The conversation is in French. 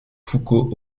foucault